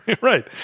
Right